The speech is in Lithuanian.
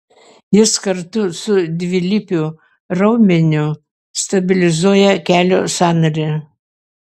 jis kartu su dvilypiu raumeniu stabilizuoja kelio sąnarį